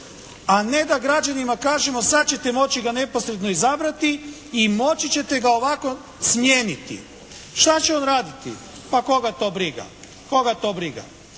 a ne da građanima kažemo sada ćete moći ga neposredno izabrati i moći ćete ga ovako smijeniti. Šta će on raditi? Pa koga to briga. Koga to briga!